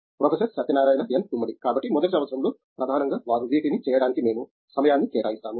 professor Satyanarayana N Gummadi కాబట్టి మొదటి సంవత్సరంలో ప్రధానంగా వారు వీటిని చేయడానికి మేము సమయాన్ని కేటాయిస్తాము